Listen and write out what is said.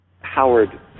Howard